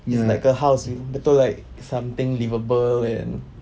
it's like a house you know betul like something livable and